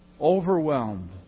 overwhelmed